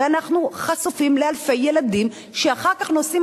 הרי אנחנו חשופים לאלפי ילדים שאחר כך נושאים